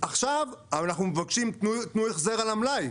עכשיו אנחנו מבקשים החזר על המלאי.